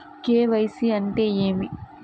KYC అంటే ఏమి?